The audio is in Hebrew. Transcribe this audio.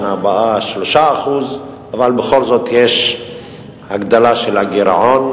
שנה הבאה 3%. אבל בכל זאת יש הגדלה של הגירעון,